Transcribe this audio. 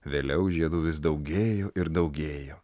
vėliau žiedų vis daugėjo ir daugėjo